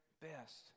best